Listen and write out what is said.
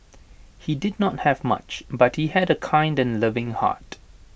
he did not have much but he had A kind and loving heart